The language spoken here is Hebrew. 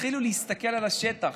תתחילו להסתכל על השטח,